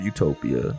Utopia